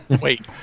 wait